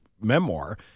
memoir